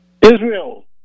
Israel